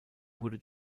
wurde